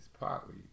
partly